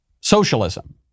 socialism